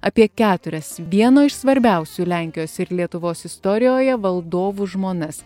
apie keturias vieno iš svarbiausių lenkijos ir lietuvos istorijoje valdovų žmonas